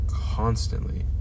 constantly